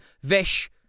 Vish